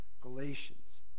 Galatians